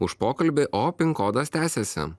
už pokalbį o pinkodas tęsiasi